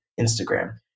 Instagram